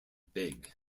big